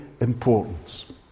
importance